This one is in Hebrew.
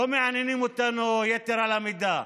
לא מעניינים אותנו יתר על המידה.